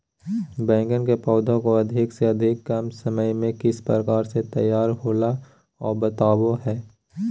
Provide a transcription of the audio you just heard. बैगन के पौधा को अधिक से अधिक कम समय में किस प्रकार से तैयारियां होला औ बताबो है?